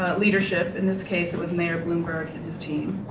leadership, in this case it was mayor bloomberg and his team.